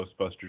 Ghostbusters